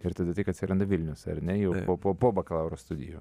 ir tada tik atsiranda vilnius ar ne jau po po bakalauro studijų